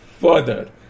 further